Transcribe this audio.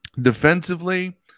Defensively